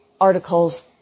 articles